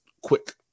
quick